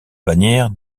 bannière